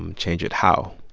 um change it how?